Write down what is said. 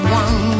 one